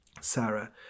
Sarah